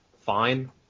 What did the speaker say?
fine